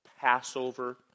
Passover